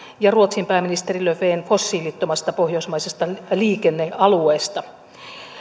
ja ruotsin pääministeri löfven fossiilittomasta pohjoismaisesta liikennealueesta